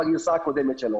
בגרסה הקודמת שלו.